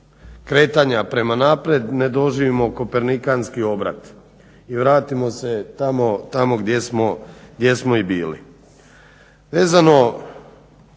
kretanja prema naprijed ne doživimo kopernikanski obrat i vratimo se tamo gdje smo i bili.